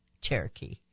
Cherokee